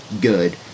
good